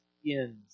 skins